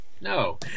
no